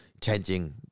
changing